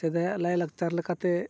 ᱥᱮᱫᱟᱭᱟᱜ ᱞᱟᱭ ᱞᱟᱠᱪᱟᱨ ᱞᱮᱠᱟᱛᱮ